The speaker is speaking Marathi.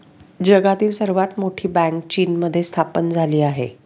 जगातील सर्वात मोठी बँक चीनमध्ये स्थापन झाली आहे